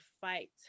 fight